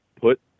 put